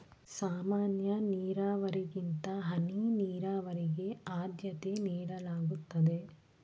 ಸಾಮಾನ್ಯ ನೀರಾವರಿಗಿಂತ ಹನಿ ನೀರಾವರಿಗೆ ಆದ್ಯತೆ ನೀಡಲಾಗುತ್ತದೆ